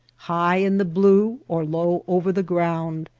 high in the blue or low over the ground,